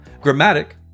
Grammatic